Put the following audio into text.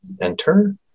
enter